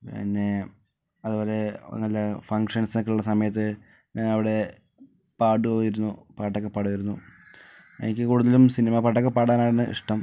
പിന്നേ അതുപോലെ നല്ല ഫംഗ്ഷൻസ് ഒക്കെയുള്ള സമയത്ത് ഞാനിവിടെ പാട്മായിരുന്നു പാട്ടോക്കെ പാട്മായിരുന്നു എനിക്ക് കൂടുതലും സിനിമ പാട്ടൊക്കെ പാടാനാണ് ഇഷ്ടം